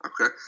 Okay